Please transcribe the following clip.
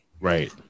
Right